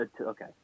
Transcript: okay